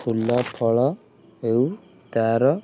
ଫୁଲ ଫଳ ହେଉ ତାର